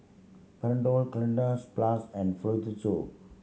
Panadol Cleanz Plus and